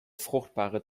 fruchtbare